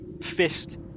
fist